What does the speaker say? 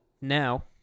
Now